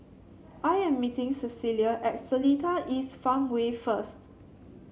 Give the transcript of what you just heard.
I am meeting Cecilia at Seletar East Farmway first